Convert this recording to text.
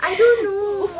I don't know